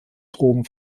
drogen